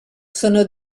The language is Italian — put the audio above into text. sono